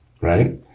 Right